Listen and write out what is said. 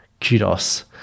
kudos